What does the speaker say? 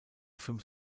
fünf